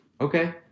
okay